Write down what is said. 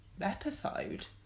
episode